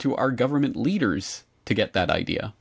to our government leaders to get that idea